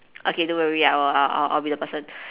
okay don't worry I will I'll I'll be the person